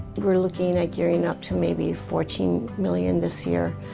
we're looking at gearing up to maybe fourteen million this year.